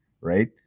right